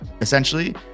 essentially